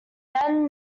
then